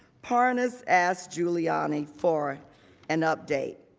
parnas asked giuliani for an update.